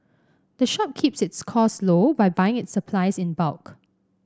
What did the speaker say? the shop keeps its cost low by buying its supplies in bulk